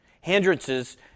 Hindrances